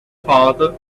father